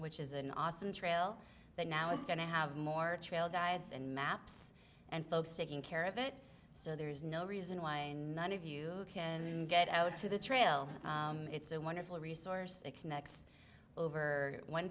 which is an awesome trail that now is going to have more trail guides and maps and folks taking care of it so there is no reason why none of you can get out to the trail it's a wonderful resource that connects over one